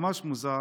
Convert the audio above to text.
ממש מוזר,